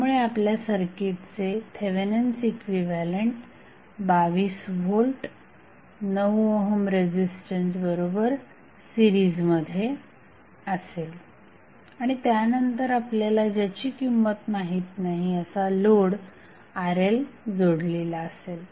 त्यामुळे आपल्या सर्किटचे Thevenin's equivalent 22 volt 9 ohm resistance बरोबर सीरिजमध्ये असेल आणि त्यानंतर आपल्याला ज्याची किंमत माहित नाही असा लोड RL जोडलेला असेल